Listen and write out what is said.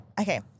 Okay